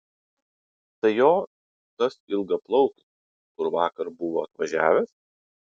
tai jo tas ilgaplaukis kur vakar buvo atvažiavęs